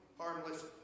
harmless